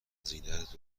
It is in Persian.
زینت